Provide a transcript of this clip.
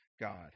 God